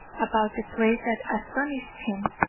about the place that astonished him.